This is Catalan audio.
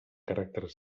caràcter